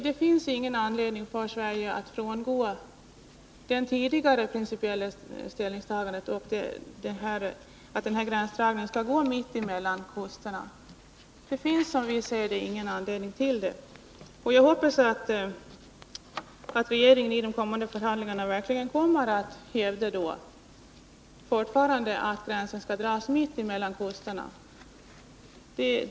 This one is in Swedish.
Det finns ingen anledning för Sverige att frångå det tidigare principiella ställningstagandet att gränsen skall gå mitt emellan kusterna. Det finns, som vi ser det, ingen anledning till något avsteg från den principen. Jag hoppas att regeringen även i de kommande förhandlingarna fortfarande kommer att hävda att gränsen skall dras mitt emellan kusterna.